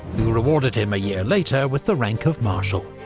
who rewarded him a year later with the rank of marshal.